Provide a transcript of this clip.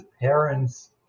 parents